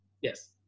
Yes